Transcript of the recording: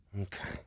Okay